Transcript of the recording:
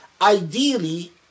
Ideally